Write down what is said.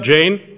Jane